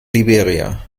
liberia